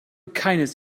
keines